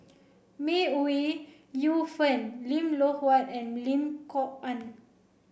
May Ooi Yu Fen Lim Loh Huat and Lim Kok Ann